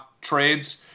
trades